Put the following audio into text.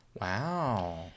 Wow